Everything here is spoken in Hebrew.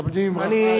מקדמים בברכה.